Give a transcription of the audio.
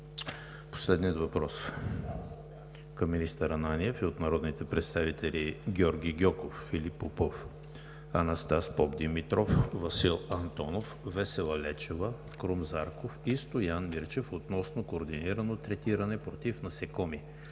Последният въпрос към министър Ананиев е от народните представители Георги Гьоков, Филип Попов, Анастас Попдимитров, Васил Антонов, Весела Лечева, Крум Зарков и Стоян Мирчев относно координирано третиране против насекоми